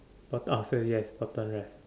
bottom ah so yes bottom left